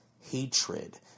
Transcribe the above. hatred